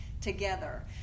together